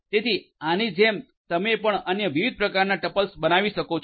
તેથી આની જેમ તમે પણ અન્ય વિવિધ પ્રકારનાં ટપલ્સ બનાવી શકો છો